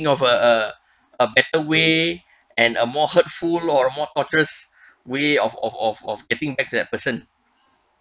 think of a uh a better way and a more hurtful or more torturous way of of of of getting back that person